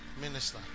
minister